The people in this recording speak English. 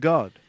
God